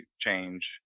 change